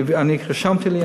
אני רשמתי לי,